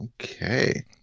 Okay